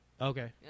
Okay